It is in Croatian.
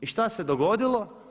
I šta se dogodilo?